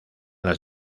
las